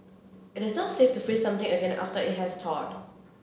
it is not safe to freeze something again after it has thawed